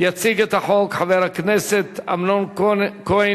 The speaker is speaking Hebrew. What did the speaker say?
יציג את החוק חבר הכנסת אמנון כהן,